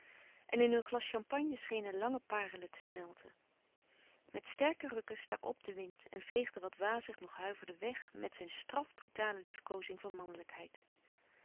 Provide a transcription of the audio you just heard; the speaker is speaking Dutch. en in hun glas champagne schenen lange parelen te smelten met sterke rukken stak op de wind en veegde wat wazig nog huiverde weg met zijn straf brutale liefkoozing van mannelijkheid